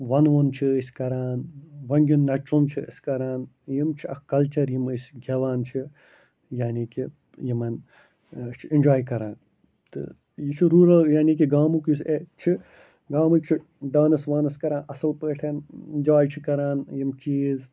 وَنوُن چھِ أسۍ کَران نَچُن چھِ أسۍ کَران یِم چھِ اَکھ کَلچَر یِم أسۍ گٮ۪وان چھِ یعنے کہِ یِمَن أسۍ چھِ اٮ۪نجاے کَران تہٕ یہِ چھُ روٗلَر یعنے کہِ گامُک یُس اٮ۪ چھِ گامٕکۍ چھِ ڈانٕس وانٕس کَران اَصٕل پٲٹھۍ اِنجاے چھِ کَران یِم چیٖز